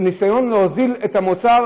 בניסיון להוזיל את המוצר,